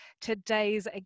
today's